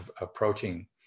approaching